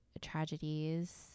tragedies